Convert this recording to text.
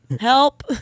Help